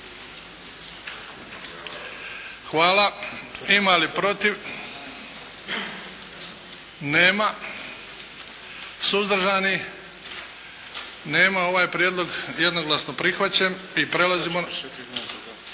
Hvala. Ima li protiv? Nema. Suzdržanih? Nema. Ovaj je prijedlog jednoglasno prihvaćen sa